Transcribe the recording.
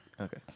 Okay